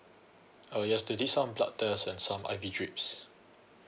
oh yes they did some blood test and some I_V drips